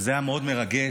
זה היה מאוד מרגש.